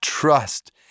Trust